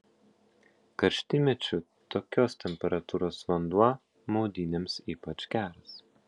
karštymečiu tokios temperatūros vanduo maudynėms ypač geras